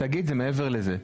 שגית זה מעבר לזה,